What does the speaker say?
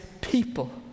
people